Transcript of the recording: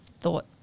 thought